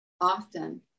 often